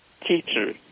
teacher